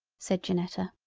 said janetta.